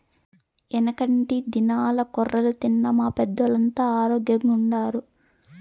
యెనకటి దినాల్ల కొర్రలు తిన్న మా పెద్దోల్లంతా ఆరోగ్గెంగుండారు